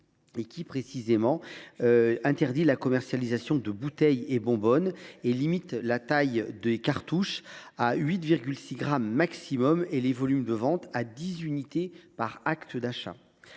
Précisément, il interdit la commercialisation de bouteilles et de bonbonnes et limite la taille des cartouches à 8,6 grammes maximum et les volumes de vente à dix unités par acte d’achat.